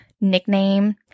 nickname